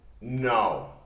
No